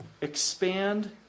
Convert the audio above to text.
expand